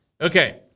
Okay